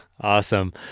Awesome